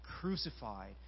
crucified